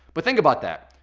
but think about that.